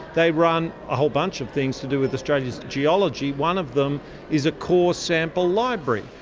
they run a whole bunch of things to do with australia's geology, one of them is a core sample library.